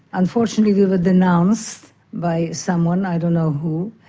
unfortunately we were denounced by someone, i don't know who.